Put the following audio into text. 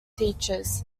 teachers